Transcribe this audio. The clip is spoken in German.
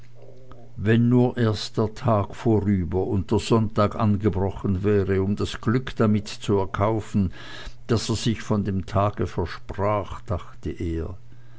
wenn nur erst der tag vorüber und der sonntag angebrochen wäre um das glück damit zu erkaufen das er sich von dem tage versprach dachte er